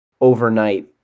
overnight